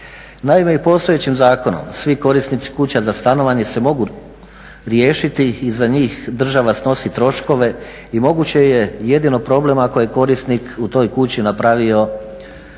Naime i postojećim zakonom svi korisnici kuća za stanovanje se mogu riješiti i za njih država snosi troškove i moguće je jedino problem ako je korisnik u toj kući napravio poslovni